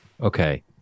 Okay